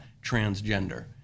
transgender